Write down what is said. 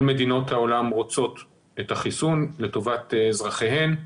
כל מדינות העולם רוצות את החיסון לטובת אזרחיהן.